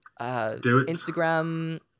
Instagram